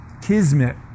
kismet